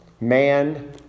Man